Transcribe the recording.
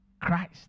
Christ